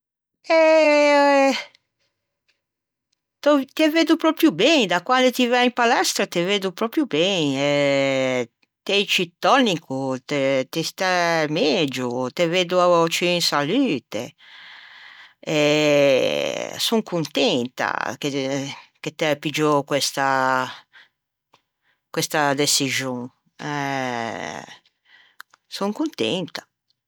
eh te veddo proprio ben da quande ti væ in palestra te veddo proprio ben, t'ê ciù tonico, ti stæ megio te veddo ciù in salute e son contenta che t'æ piggiou questa deçixon, e son contenta